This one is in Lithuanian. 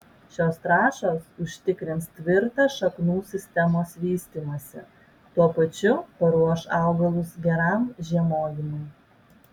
šios trąšos užtikrins tvirtą šaknų sistemos vystymąsi tuo pačiu paruoš augalus geram žiemojimui